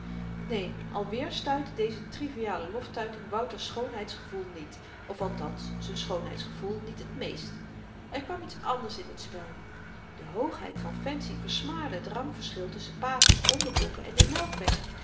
neen alweer stuitte deze triviale loftuiting wouter's schoonheidsgevoel niet of althans z'n schoonheidsgevoel niet het meest er kwam iets anders in het spel de hoogheid van fancy versmaadde t rangverschil tusschen pater's onderbroeken en den melkweg